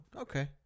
Okay